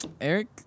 Eric